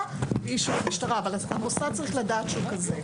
בלי אישור משטרה אבל המוסד צריך לדעת שהוא כזה.